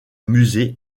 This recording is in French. musée